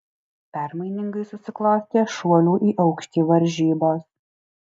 permainingai susiklostė šuolių į aukštį varžybos